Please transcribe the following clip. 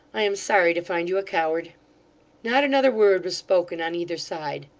i am sorry to find you a coward not another word was spoken on either side.